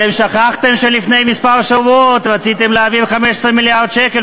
אתם שכחתם שלפני כמה שבועות רציתם להעביר 15 מיליארד שקל,